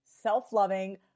self-loving